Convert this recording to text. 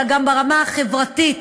אלא גם ברמה החברתית,